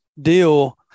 deal